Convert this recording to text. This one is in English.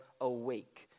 awake